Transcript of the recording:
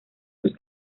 sus